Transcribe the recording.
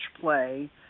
play